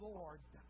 Lord